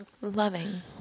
Loving